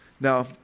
Now